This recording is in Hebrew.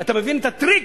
אתה מבין את הטריק?